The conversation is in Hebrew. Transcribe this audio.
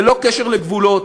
ללא קשר לגבולות,